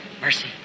Mercy